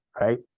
right